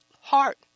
heart